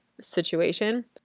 situation